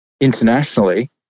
internationally